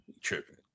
tripping